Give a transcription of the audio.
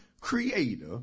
creator